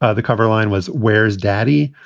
ah the cover line was where's daddy?